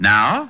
Now